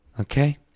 Okay